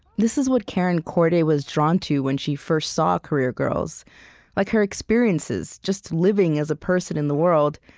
this is what karen corday was drawn to when she first saw career girls like her experiences, just living as a person in the world,